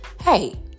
Hey